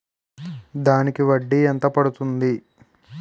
దానికి వడ్డీ ఎంత పడుతుంది?